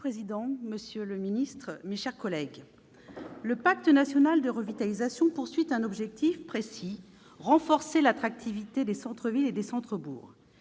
Monsieur le président, monsieur le ministre, mes chers collègues, le pacte national de revitalisation vise un objectif précis : renforcer l'attractivité des centres-villes et des centres-bourgs.